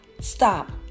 Stop